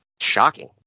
Shocking